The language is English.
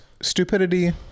stupidity